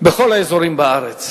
בכל האזורים בארץ.